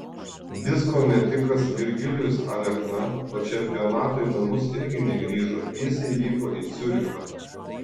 disko metikas virgilijus alekna po čempionato į namus irgi negrįžo tiesiai vyko į ciurichą